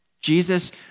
Jesus